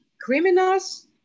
criminals